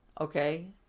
okay